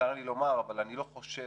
צר לי לומר אבל אני לא חושב